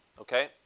Okay